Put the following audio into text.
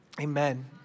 Amen